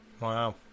wow